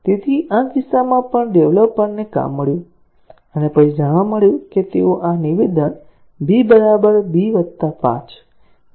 તેથી આ કિસ્સામાં પણ ડેવલપરને કામ મળ્યું અને પછી જાણવા મળ્યું કે તેઓ આ નિવેદન b b 5